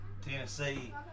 Tennessee